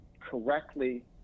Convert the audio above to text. correctly